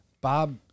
Bob